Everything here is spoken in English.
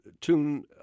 tune